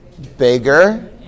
Bigger